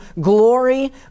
glory